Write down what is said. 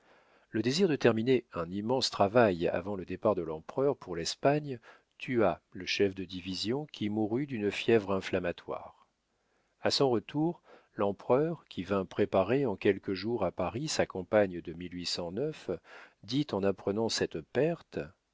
le désir de terminer un immense travail avant le départ de l'empereur pour l'espagne tua le chef de division qui mourut d'une fièvre inflammatoire a son retour l'empereur qui vint préparer en quelques jours à paris sa campagne de dit en apprenant cette perte